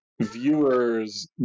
viewers